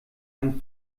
man